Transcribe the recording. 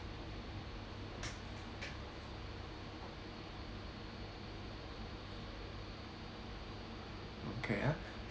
okay ah